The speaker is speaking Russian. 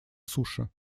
суше